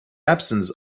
absence